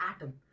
atom